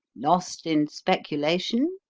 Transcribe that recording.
lost in speculation?